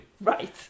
Right